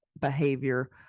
behavior